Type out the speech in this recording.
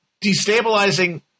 destabilizing